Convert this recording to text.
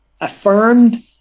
affirmed